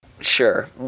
Sure